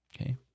okay